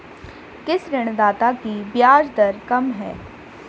किस ऋणदाता की ब्याज दर कम है?